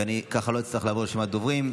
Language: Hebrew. ככה לא אצטרך לעבור על רשימת הדוברים.